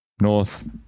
North